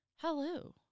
Hello